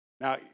Now